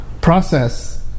process